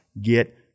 get